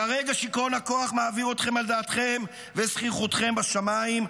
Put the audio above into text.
כרגע שיכרון הכוח מעביר אתכם על דעתכם וזחיחותכם בשמיים,